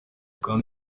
kandi